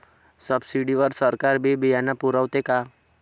Subsidy वर सरकार बी बियानं पुरवते का?